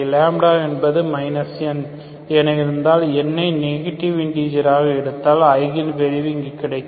λ என்பது n என இருந்தால் n ஐ நெகட்டிவ் இண்டிஜராக எடுத்தால் ஐகன் வேல்யூ இங்கு இருக்கும்